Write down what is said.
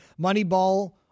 Moneyball